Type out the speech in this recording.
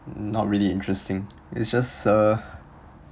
not really interesting it's just uh